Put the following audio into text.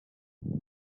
java